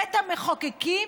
בית המחוקקים,